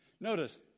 Notice